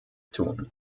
tun